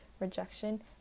rejection